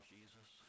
Jesus